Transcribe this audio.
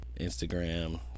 instagram